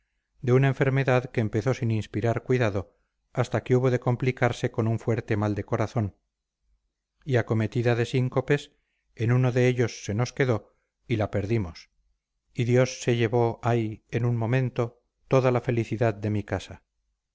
de una enfermedad que empezó sin inspirar cuidado hasta que hubo de complicarse con un fuerte mal de corazón y acometida de síncopes en uno de ellos se nos quedó y la perdimos y dios se llevó ay en un momento toda la felicidad de mi casa